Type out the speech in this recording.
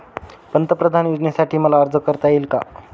पंतप्रधान योजनेसाठी मला अर्ज करता येईल का?